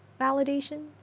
validation